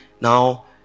Now